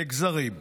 קרעה לגזרים.